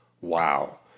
Wow